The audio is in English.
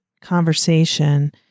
conversation